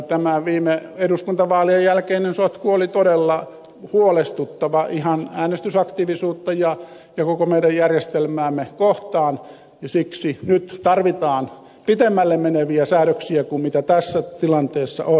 tämä viime eduskuntavaalien jälkeinen sotku oli todella huolestuttava ihan äänestysaktiivisuuden ja koko meidän järjestelmämme kannalta ja siksi nyt tarvitaan pitemmälle meneviä säädöksiä kuin mitä tässä tilanteessa on